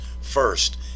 First